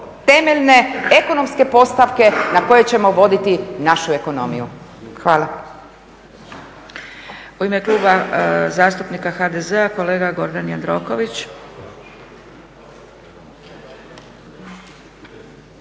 temeljne ekonomske postavke na kojima ćemo voditi našu ekonomiju. Hvala. **Zgrebec, Dragica (SDP)** U ime Kluba zastupnika HDZ-a kolega Gordan Jandroković.